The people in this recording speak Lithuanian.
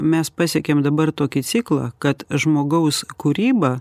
mes pasiekėm dabar tokį ciklą kad žmogaus kūryba